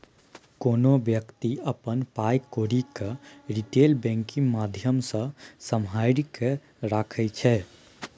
कोनो बेकती अपन पाइ कौरी केँ रिटेल बैंकिंग माध्यमसँ सम्हारि केँ राखै छै